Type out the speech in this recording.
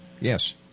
Yes